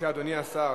ההצעה להעביר